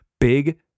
big